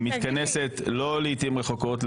היא מתכנסת לא לעתים רחוקות,